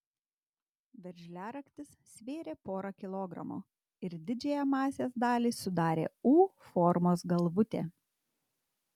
veržliaraktis svėrė porą kilogramų ir didžiąją masės dalį sudarė u formos galvutė